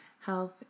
health